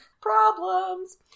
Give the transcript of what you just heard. Problems